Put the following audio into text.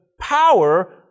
power